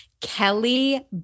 Kelly